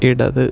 ഇടത്